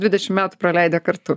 dvidešimt metų praleidę kartu